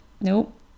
nope